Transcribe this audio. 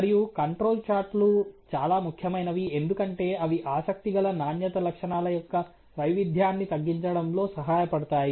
మరియు కంట్రోల్ చార్టులు చాలా ముఖ్యమైనవి ఎందుకంటే అవి ఆసక్తిగల నాణ్యత లక్షణాల యొక్క వైవిధ్యాన్ని తగ్గించడంలో సహాయపడతాయి